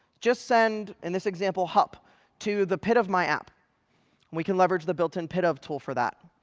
just send, in this example hup to the pid of my app. and we can leverage the built-in pidof tool for that.